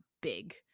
big